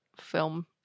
film